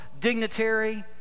dignitary